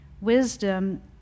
wisdom